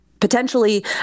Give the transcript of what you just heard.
potentially